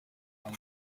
kuko